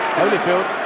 holyfield